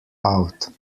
out